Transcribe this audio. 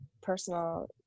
personal